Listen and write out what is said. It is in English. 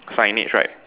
signage right